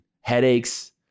headaches